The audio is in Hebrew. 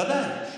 ודאי.